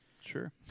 Sure